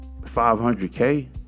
500k